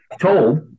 told